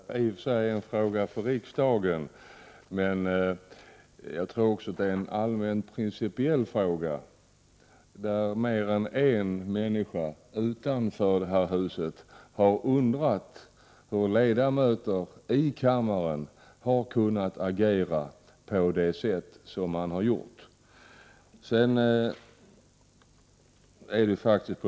Herr talman! Det är helt klart att detta är en fråga för riksdagen. Jag tror också att det är en allmän principiell fråga, där mer än en människa utanför detta hus har undrat över hur ledamöterna av denna kammare har kunnat agera på det sätt som man har gjort. Fru statsråd!